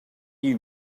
you